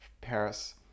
Paris